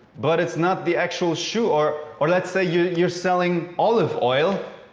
but it's not the actual shoe. or or let's say you're you're selling olive oil.